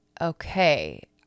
okay